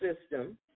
system